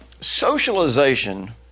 socialization